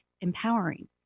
empowering